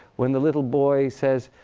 when the little boy says,